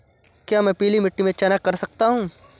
क्या मैं पीली मिट्टी में चना कर सकता हूँ?